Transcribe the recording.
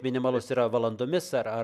minimalus yra valandomis ar ar